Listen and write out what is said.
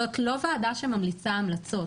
זאת לא ועדה שממליצה המלצות.